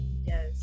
yes